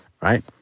right